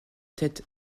tête